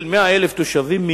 של 100,000 תושבים,